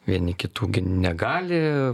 vieni kitų negali